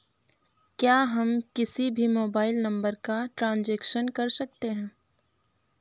क्या हम किसी भी मोबाइल नंबर का ट्रांजेक्शन कर सकते हैं?